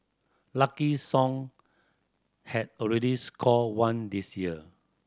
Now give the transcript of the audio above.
Lucky Song had already scored one this year